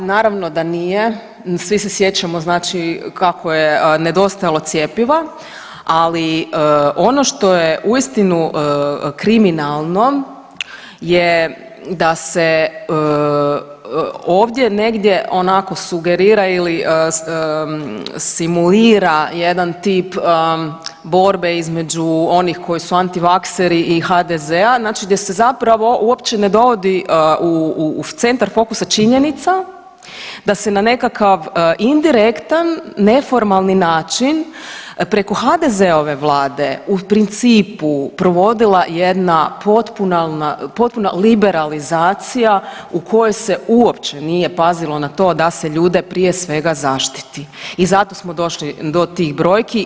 Pa naravno da nije, svi se sjećamo znači kako je nedostajalo cjepiva, ali ono što je uistinu kriminalno je da se ovdje negdje onako sugerira ili simulira jedan tip borbe između onih koji su antivakseri i HDZ-a, znači gdje se zapravo uopće ne dovodi u centar fokusa činjenica da se na nekakav indirektan neformalni način preko HDZ-ove vlade u principu provodila jedna potpuna liberalizacija u kojoj se uopće nije pazilo na to da se ljude prije svega zaštiti i zato smo došli do tih brojki.